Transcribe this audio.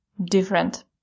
Different